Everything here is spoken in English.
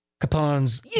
Capone's